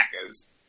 Hackers